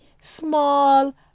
small